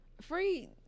free